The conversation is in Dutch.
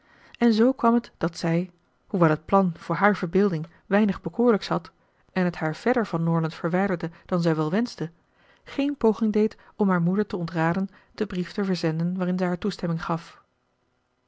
en zoo kwam het dat zij hoewel het plan voor haar verbeelding weinig bekoorlijks had en het haar verder van norland verwijderde dan zij wel wenschte geen poging deed om haar moeder te ontraden den brief te verzenden waarin zij hare toestemming gaf